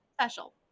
special